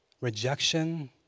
rejection